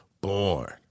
Born